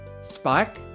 Spike